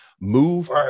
Move